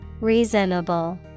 reasonable